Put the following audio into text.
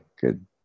good